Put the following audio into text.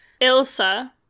Ilsa